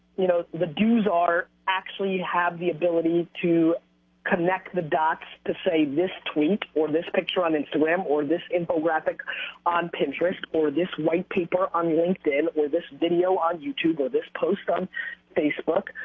you know, the do's are actually have the ability to connect the dots to say this tweet, or this picture on instagram, or this infographic on pinterest, or this white paper on linkedin, or this video on youtube, or this post on facebook,